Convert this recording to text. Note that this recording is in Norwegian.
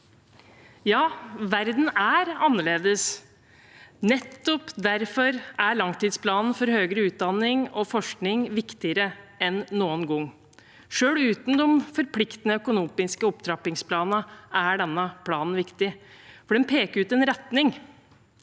Ja, verden er annerledes. Nettopp derfor er langtidsplanen for høyere utdanning og forskning viktigere enn noen gang. Selv uten de forpliktende økonomiske opptrappingsplanene er denne planen viktig, for den peker ut en retning.